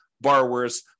borrowers